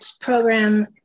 program